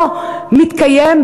לא מתקיים,